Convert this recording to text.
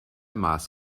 maß